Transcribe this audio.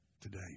today